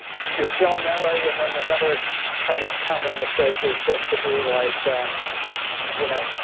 you're failing that way. and then another kind of common mistake is just to be like you know,